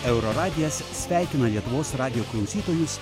euroradijas sveikina lietuvos radijo klausytojus